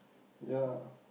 ya